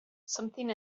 something